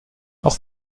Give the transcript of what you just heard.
auch